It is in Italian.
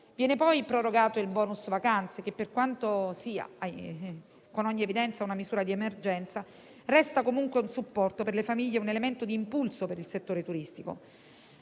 Viene poi prorogato il *bonus* vacanze che, nonostante sia con ogni evidenza una misura di emergenza, resta comunque un supporto per le famiglie e un elemento di impulso per il settore turistico